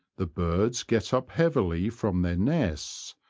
the birds get up heavily from their nests,